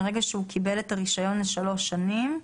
מרגע שהוא קיבל את הרישיון לשלוש שנים,